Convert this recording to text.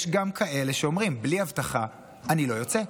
יש גם כאלה שאומרים: בלי אבטחה אני לא יוצא.